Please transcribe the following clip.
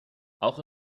auch